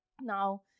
Now